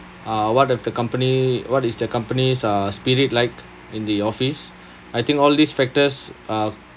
uh what if the company what is the company's uh spirit like in the office I think all these factors uh